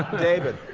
david.